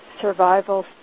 survival